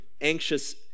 anxious